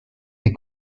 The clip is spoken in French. des